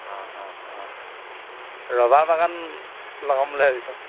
rubber বাগান লগাম বুলি ভাবিছোঁ